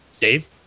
Dave